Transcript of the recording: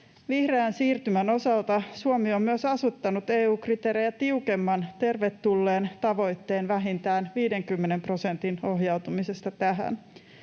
Vihreän siirtymän osalta Suomi on myös asettanut EU-kriteerejä tiukemman, tervetulleen tavoitteen vähintään 50 prosentin ohjautumisesta tähän.